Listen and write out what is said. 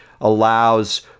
allows